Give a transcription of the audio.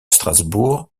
strasbourg